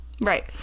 right